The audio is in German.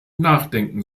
nachdenken